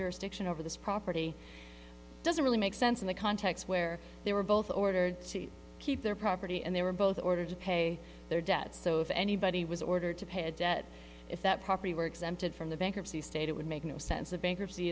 jurisdiction over this property doesn't really make sense in the context where they were both ordered to keep their property and they were both ordered to pay their debts so if anybody was ordered to pay a debt if that property were exempted from the bankruptcy state it would make no sense of bankruptcy